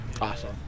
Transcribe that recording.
Awesome